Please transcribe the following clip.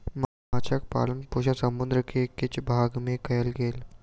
माँछक पालन पोषण समुद्र के किछ भाग में कयल गेल